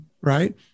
right